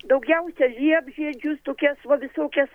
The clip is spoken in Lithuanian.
daugiausia liepžiedžių tokias va visokias